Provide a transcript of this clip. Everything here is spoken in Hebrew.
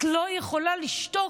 את לא יכולה לשתוק,